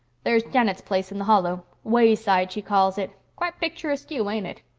there's janet's place in the hollow wayside, she calls it. quite pictureaskew, ain't it?